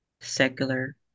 secular